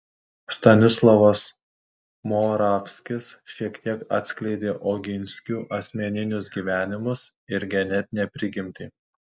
stanislovas moravskis šiek tiek atskleidė oginskių asmeninius gyvenimus ir genetinę prigimtį